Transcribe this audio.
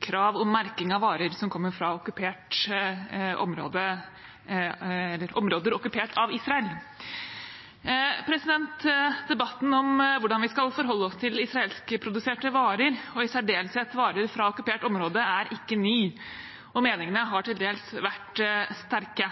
krav om merking av varer som kommer fra områder okkupert av Israel. Debatten om hvordan vi skal forholde oss til israelskproduserte varer, og i særdeleshet varer fra okkupert område, er ikke ny, og meningene har til dels vært sterke.